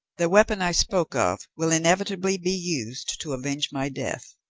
the weapon i spoke of will inevitably be used to avenge my death,